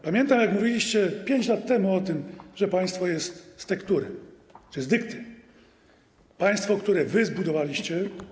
Pamiętam, jak mówiliście 5 lat temu o tym, że państwo jest z tektury czy z dykty, państwo, które wy zbudowaliście.